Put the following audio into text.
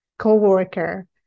co-worker